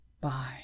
Bye